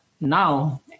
now